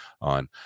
on